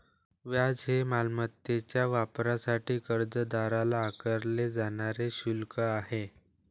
व्याज हे मालमत्तेच्या वापरासाठी कर्जदाराला आकारले जाणारे शुल्क आहे